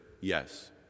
yes